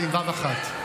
זה בוי"ו אחת,